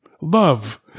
Love